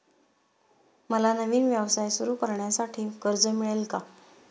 मला नवीन व्यवसाय सुरू करण्यासाठी कर्ज मिळेल का?